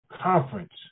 conference